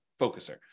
focuser